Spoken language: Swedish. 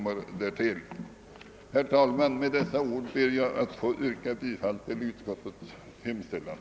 Herr talman! Med dessa ord ber jag att få yrka bifall till utskottets hemställan.